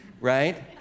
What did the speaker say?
right